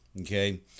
okay